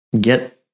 get